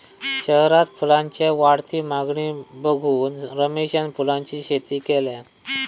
शहरात फुलांच्या वाढती मागणी बघून रमेशान फुलांची शेती केल्यान